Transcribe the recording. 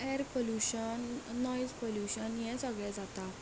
air pollution noise pollution हें सगलें जाता